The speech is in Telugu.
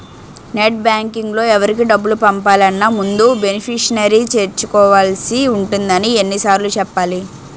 నెట్ బాంకింగ్లో ఎవరికి డబ్బులు పంపాలన్నా ముందు బెనిఫిషరీని చేర్చుకోవాల్సి ఉంటుందని ఎన్ని సార్లు చెప్పాలి